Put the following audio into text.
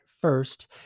first